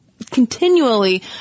continually